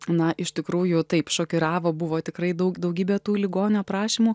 na iš tikrųjų taip šokiravo buvo tikrai daug daugybė tų ligonių aprašymų